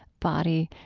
body,